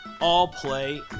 all-play